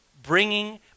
Bringing